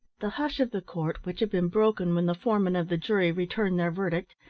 the hush of the court, which had been broken when the foreman of the jury returned their verdict,